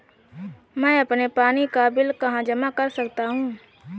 मैं अपने पानी का बिल कहाँ जमा कर सकता हूँ?